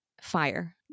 fire